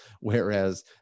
whereas